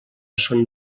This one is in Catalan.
son